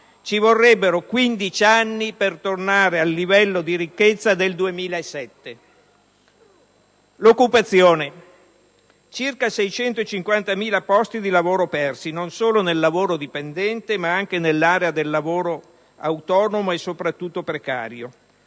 ci vorrebbero 15 anni per tornare al livello di ricchezza del 2007. Relativamente all'occupazione, sono circa 650.000 i posti di lavoro persi, non solo nel lavoro dipendente, ma anche nell'area del lavoro autonomo e, soprattutto, precario.